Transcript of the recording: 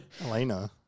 Elena